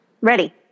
Ready